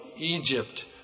Egypt